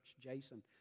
Jason